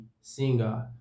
singer